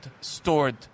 stored